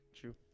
True